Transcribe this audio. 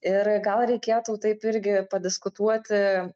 ir gal reikėtų taip irgi padiskutuoti